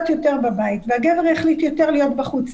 יותר בבית והגבר יחליט להיות יותר בחוץ,